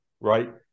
right